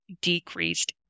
decreased